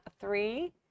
Three